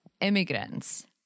immigrants